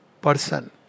person